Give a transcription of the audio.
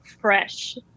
fresh